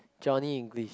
Johnny English